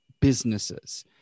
businesses